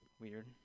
weird